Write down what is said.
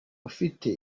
ufite